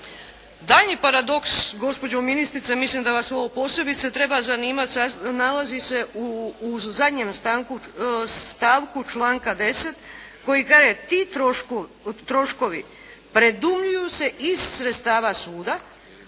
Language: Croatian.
Daljnji paradoks gospođo ministrice mislim da vas ovo posebice treba zanimati, nalazi se u zadnjem stavku članka 10. koji kaže: "ti troškovi predujmljuju se iz sredstava suda,